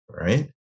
right